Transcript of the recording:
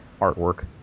Artwork